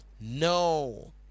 no